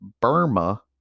Burma